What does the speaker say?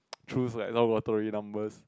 choose like some lottery numbers